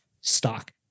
stock